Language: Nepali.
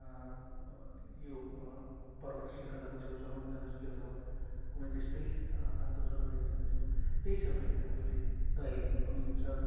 यो पर्वत शृङ्खलाको छेउछाउमा पो जाँदैछौँ कि अथवा कुनै त्यस्तै तातो जगातिर जाँदैछौँ त्यही हिसाबले हामीले आफूलाई तयारी गर्नु पर्ने हुन्छ